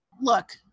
Look